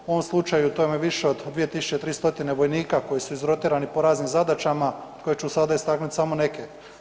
U ovom slučaju to vam je više od 2300 vojnika koji su izrotirani po raznim zadaćama koje ću sada istaknuti samo neke.